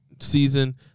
season